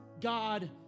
God